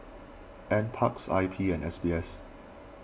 N Parks I P and S B S